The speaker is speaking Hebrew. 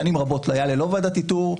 שנים רבות זה היה ללא ועדת איתור.